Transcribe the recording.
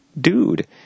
dude